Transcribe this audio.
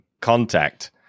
contact